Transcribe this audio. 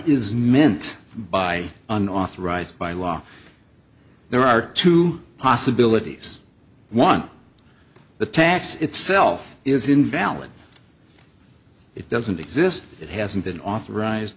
is meant by an authorized by law there are two possibilities one the tax itself is invalid it doesn't exist it hasn't been authorized